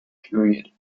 period